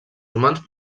humans